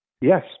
Yes